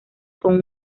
con